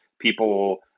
people